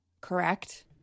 correct